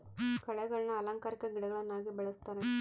ಕಳೆಗಳನ್ನ ಅಲಂಕಾರಿಕ ಗಿಡಗಳನ್ನಾಗಿ ಬೆಳಿಸ್ತರೆ